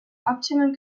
optimum